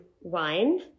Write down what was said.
wine